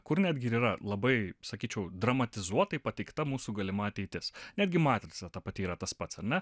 kur netgi ir yra labai sakyčiau dramatizuotai pateikta mūsų galima ateitis netgi matrica ta pati yra tas pats ar ne